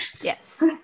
Yes